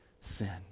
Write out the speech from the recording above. sin